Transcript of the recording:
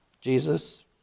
Jesus